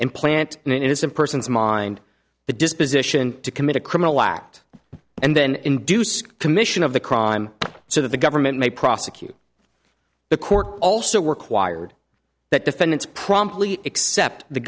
in an innocent person's mind the disposition to commit a criminal act and then induce commission of the crime so that the government may prosecute the court also required that defendants promptly accept the